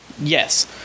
Yes